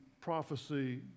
prophecy